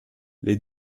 les